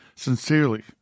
sincerely